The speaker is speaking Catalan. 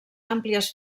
àmplies